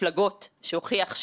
רשות התחרות ורשות שוק ההון